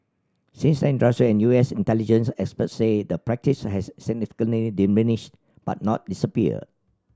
since then industry and U S intelligence experts say the practice has significantly diminished but not disappeared